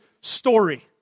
story